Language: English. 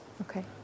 Okay